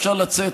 אפשר לצאת,